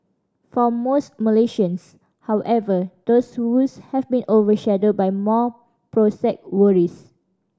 for most Malaysians however these woes have been overshadowed by more prosaic worries